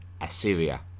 Assyria